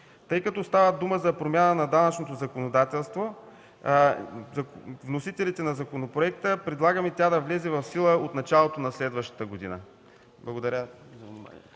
Тъй като става дума за промяна на данъчното законодателство, вносителите на законопроекта предлагаме тя да влезе в сила от началото на следващата година. Благодаря